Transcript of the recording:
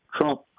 Trump